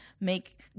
make